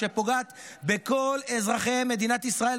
שפוגעת בכל אזרחי מדינת ישראל,